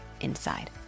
inside